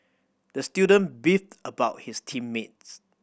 the student beefed about his team mates